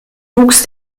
wuchs